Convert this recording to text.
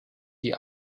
die